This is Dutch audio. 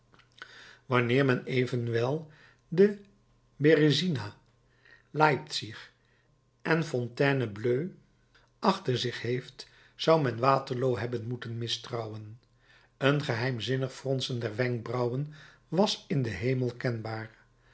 wanneer men evenwel de beresina leipzig en fontainebleau achter zich heeft zou men waterloo hebben moeten mistrouwen een geheimzinnig fronsen der wenkbrauwen was in den hemel